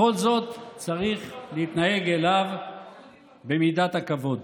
בכל זאת צריך להתנהג אליו במידת הכבוד.